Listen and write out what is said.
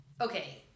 Okay